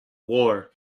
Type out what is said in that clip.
war